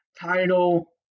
title